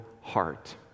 heart